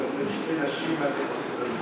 להעביר את הנושא לוועדה שתקבע ועדת הכנסת נתקבלה.